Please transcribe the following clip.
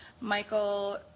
Michael